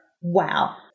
Wow